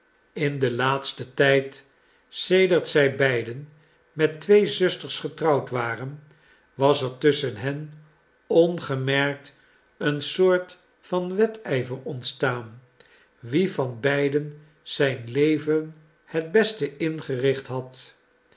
in den laatsten tijd sedert zij beiden met twee zusters getrouwd waren was er tusschen hen ongemerkt een soort van wedijver ontstaan wie van beiden zijn leven het beste ingericht had